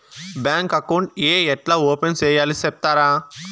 Bank account ఏ ఎట్లా open సేయాలి సెప్తారా?